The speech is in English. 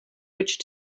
which